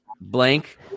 blank